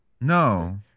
No